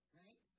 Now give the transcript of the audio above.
right